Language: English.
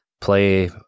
play